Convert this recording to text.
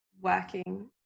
working